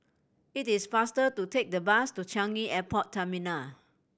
it is faster to take the bus to Changi Airport Terminal